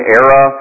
era